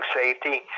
safety